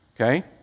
okay